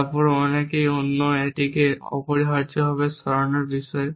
তারপর অনেকেই অন্যটিকে এই অপরিহার্যভাবে সরানোর বিষয়ে